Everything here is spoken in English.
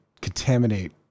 contaminate